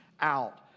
out